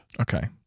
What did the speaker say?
Okay